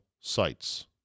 sites